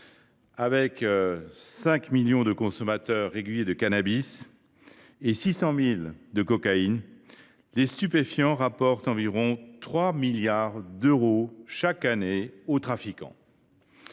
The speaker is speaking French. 5 millions de consommateurs réguliers de cannabis et 600 000 usagers de cocaïne, les stupéfiants rapportent environ 3 milliards d’euros chaque année aux trafiquants.